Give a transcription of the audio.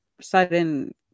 sudden